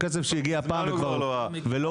הכסף שהגיע פעם ולא מגיע.